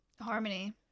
harmony